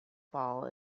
fall